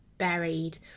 buried